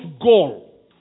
goal